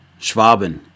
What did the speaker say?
Schwaben